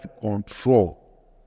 control